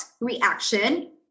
reaction